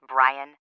Brian